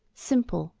simple,